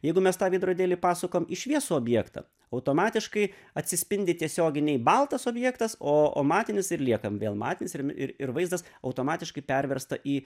jeigu mes tą veidrodėlį pasukam iš šviesų objektą automatiškai atsispindi tiesioginiai baltas objektas o o matinis ir lieka vėl matinis ir ir vaizdas automatiškai pervesta į